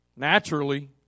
Naturally